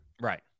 Right